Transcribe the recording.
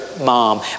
mom